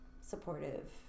supportive